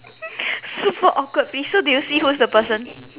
super awkward please so did you see who's the person